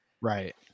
Right